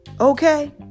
Okay